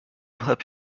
help